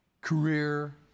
career